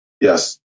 Yes